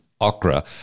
Okra